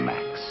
Max